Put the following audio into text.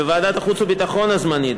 בוועדת החוץ והביטחון הזמנית,